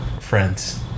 Friends